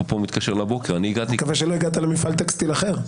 אפרופו מתקשר לבוקר -- מקווה שאתה לא הגעת למפעל טקסטיל אחר.